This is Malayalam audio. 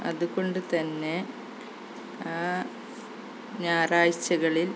അതുകൊണ്ട് തന്നെ ആ ഞായറാഴ്ചകളിൽ